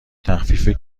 تخفیف